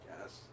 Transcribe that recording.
Yes